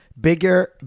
bigger